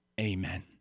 Amen